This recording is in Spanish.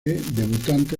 debutante